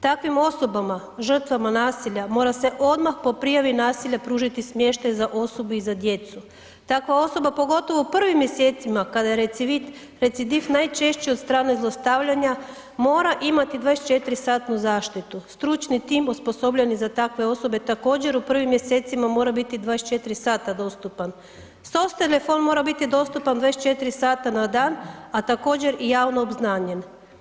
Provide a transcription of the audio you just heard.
Takvim osobama, žrtvama nasilja, mora se odmah po prijavi nasilja pružiti smještaj za osobe i za djecu, takva osoba pogotovo u prvim mjesecima kada je recivit, kada recidif najčešći od strane zlostavljanja, mora imati 24 satnu zaštitu, stručni tim osposobljeni za takve osobe također u prvim mjesecima mora biti 24 sata dostupan, SOS telefon mora biti dostupan 24 sata na dan, a također i javno obznanjen.